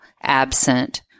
absent